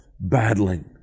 battling